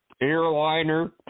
airliner